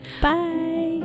bye